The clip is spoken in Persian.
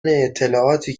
اطلاعاتی